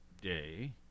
Day